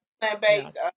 Plant-based